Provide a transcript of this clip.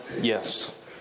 Yes